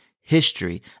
history